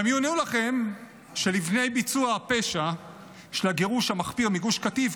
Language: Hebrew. ואני אומר לכם שלפני ביצוע הפשע של הגירוש המחפיר מגוש קטיף,